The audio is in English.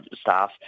staff